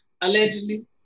Allegedly